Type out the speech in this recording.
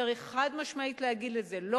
צריך חד-משמעית להגיד לזה לא.